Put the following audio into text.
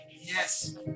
Yes